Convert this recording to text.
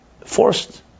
forced